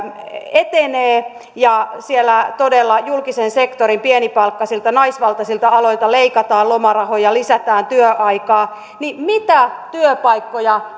etenee ja todella julkisen sektorin pienipalkkaisilta naisvaltaisilta aloilta leikataan lomarahoja lisätään työaikaa niin mitä työpaikkoja